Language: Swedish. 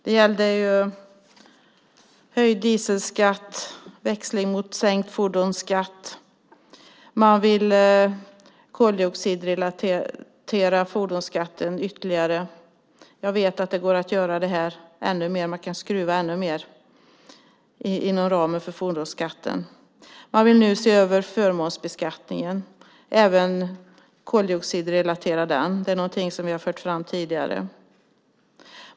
Det gäller höjd dieselskatt och en växling mot sänkt fordonsskatt. Man vill koldioxidrelatera fordonsskatten ytterligare. Jag vet att det går att göra det här i ännu högre grad. Man kan skruva ännu mer inom ramen för fordonsskatten. Man vill nu se över förmånsbeskattningen och även koldioxidrelatera den. Det är någonting som vi har fört fram tidigare.